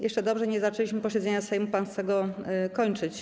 Jeszcze dobrze nie zaczęliśmy posiedzenia Sejmu, a pan chce je kończyć.